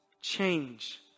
change